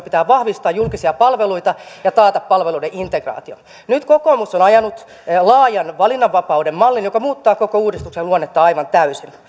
pitää vahvistaa julkisia palveluita ja taata palveluiden integraatio nyt kokoomus on on ajanut laajan valinnanvapauden mallin joka muuttaa koko uudistuksen luonnetta aivan täysin